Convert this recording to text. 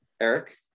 Eric